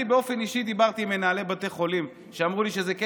אני באופן אישי דיברתי עם מנהלי בתי חולים והם אמרו לי שזה כן